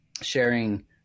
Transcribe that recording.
sharing